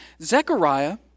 Zechariah